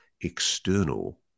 external